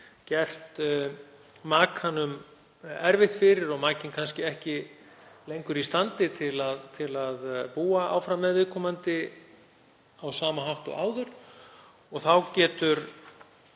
gert makanum erfitt fyrir og hann er kannski ekki lengur í standi til að búa áfram með viðkomandi á sama hátt og áður. Þá leiðir